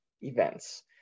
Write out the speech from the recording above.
events